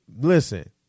Listen